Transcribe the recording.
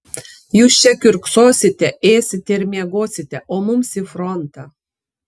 jūs čia kiurksosite ėsite ir miegosite o mums į frontą